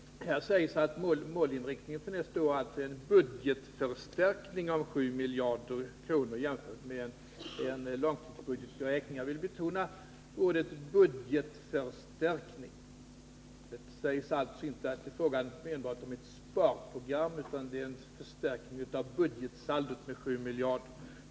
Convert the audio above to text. Där sägs bl.a. att målinriktningen för nästa år är en budgetförstärkning med 7 miljarder kronor jämfört med en långtidsbudgetberäkning. Jag vill betona ordet budgetförstärkning. Det sägs alltså inte att det enbart är fråga om ett sparprogram, utan det är en förstärkning av budgetsaldot med 7 miljarder.